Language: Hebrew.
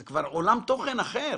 שזה כבר עולם תוכן אחר.